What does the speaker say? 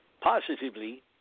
positively